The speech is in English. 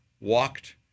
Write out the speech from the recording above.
walked